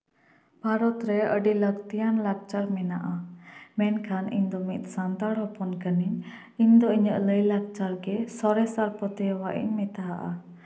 ᱵᱷᱟᱨᱚᱛ ᱨᱮ ᱟᱹᱰᱤ ᱞᱟᱹᱠᱛᱤᱭᱟᱱ ᱞᱟᱠᱪᱟᱨ ᱢᱮᱱᱟᱜᱼᱟ ᱢᱮᱱᱠᱷᱟᱱ ᱤᱧ ᱫᱚ ᱢᱤᱫ ᱥᱟᱱᱛᱟᱲ ᱦᱚᱯᱚᱱ ᱠᱟᱹᱱᱟᱹᱧ ᱤᱧ ᱫᱚ ᱤᱧᱟᱹᱜ ᱞᱟᱹᱭᱼᱞᱟᱠᱪᱟᱨ ᱜᱮ ᱥᱚᱨᱮᱥᱟ ᱯᱨᱚᱛᱵᱷᱟᱧ ᱤᱧ ᱢᱮᱛᱟᱣᱟᱜᱼᱟ